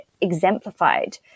exemplified